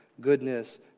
goodness